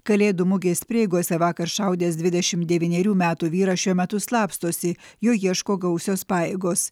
kalėdų mugės prieigose vakar šaudęs dvidešim devynerių metų vyras šiuo metu slapstosi jo ieško gausios pajėgos